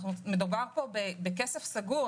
מדובר פה בכסף סגור,